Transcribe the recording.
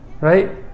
Right